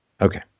Okay